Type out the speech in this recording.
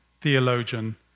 theologian